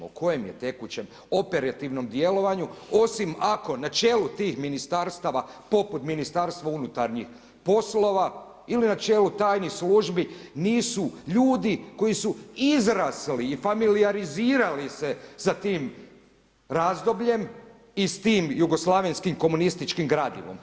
O kojem je tekućem operativnom djelovanju osim ako na čelu tih ministarstava poput Ministarstva unutarnjih poslova ili na čelu tajnih službi nisu ljudi koji su izrasli i familijalizirali se za tim razdobljem i s tim jugoslavenskim komunističkom gradivom.